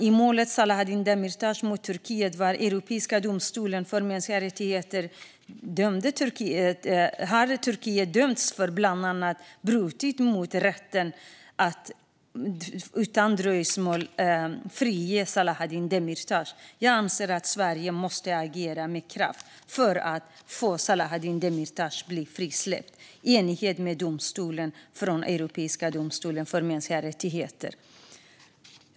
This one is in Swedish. I målet Selahattin Demirtas mot Turkiet vid Europeiska domstolen för mänskliga rättigheter har Turkiet dömts för att bland annat ha brutit mot rätten när det gäller att utan dröjsmål frige Selahattin Demirtas. Jag anser att Sverige måste agera med kraft för att få Selahattin Demirtas frisläppt i enlighet med domen från Europeiska domstolen för mänskliga rättigheter.